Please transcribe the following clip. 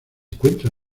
encuentra